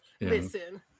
Listen